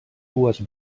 dues